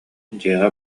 дьиэҕэ